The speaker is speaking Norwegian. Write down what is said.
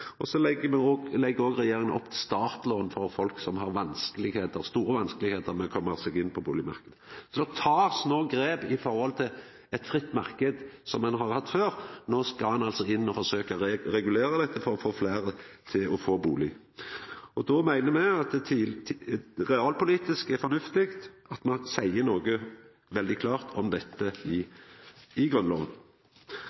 for så på sikt å eiga, med lengre kontraktar. Regjeringa legg òg opp til startlån for folk som har store vanskar med å koma seg inn på bustadmarknaden. Så ein tar nokre grep når det gjeld den frie marknaden som me har hatt til nå – nå skal ein altså forsøka å regulera dette slik at fleire skal få bustad. Då meiner me at det er realpolitisk fornuftig at me seier noko veldig klart om dette i